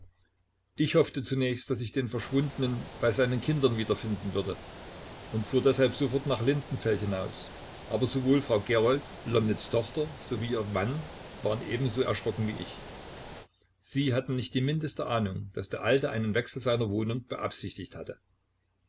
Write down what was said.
ich hoffte zunächst daß ich den verschwundenen bei seinen kindern wiederfinden würde und fuhr deshalb sofort nach lindenfeld hinaus aber sowohl frau gerold lomnitz tochter sowie ihr mann waren ebenso erschrocken wie ich sie hatten nicht die mindeste ahnung daß der alte einen wechsel seiner wohnung beabsichtigt hatte